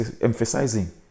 emphasizing